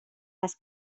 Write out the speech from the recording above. les